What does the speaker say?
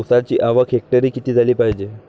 ऊसाची आवक हेक्टरी किती झाली पायजे?